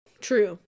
True